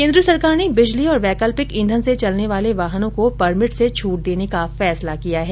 केन्द्र सरकार ने बिजली और वैकल्पिक ईंधन से चलने वाले वाहनों को परमिट से छूट देने का फैसला किया है